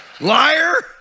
liar